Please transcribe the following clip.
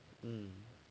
um